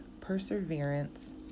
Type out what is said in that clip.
perseverance